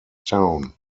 town